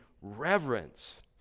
reverence